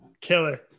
killer